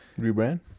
Rebrand